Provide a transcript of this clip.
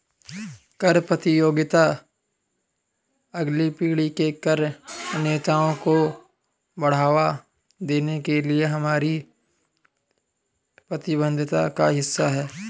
कर प्रतियोगिता अगली पीढ़ी के कर नेताओं को बढ़ावा देने के लिए हमारी प्रतिबद्धता का हिस्सा है